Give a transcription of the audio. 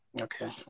okay